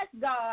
God